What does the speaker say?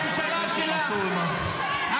הממשלה שלך -- תודה רבה.